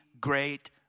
great